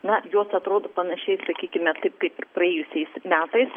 na jos atrodo panašiai sakykime taip kaip ir praėjusiais metais